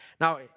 Now